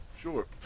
Sure